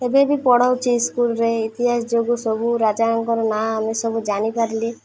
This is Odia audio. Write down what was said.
ଏବେ ବି ପଢ଼ାଉଛିି ସ୍କୁଲରେ ଇତିହାସ ଯୋଗୁଁ ସବୁ ରାଜାଙ୍କର ନାଁ ଆମେ ସବୁ ଜାଣିପାରିଲି